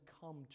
come